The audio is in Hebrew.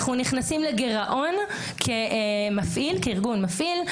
אנחנו נכנסים לגרעון כארגון מפעיל.